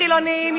חילונים,